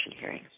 hearing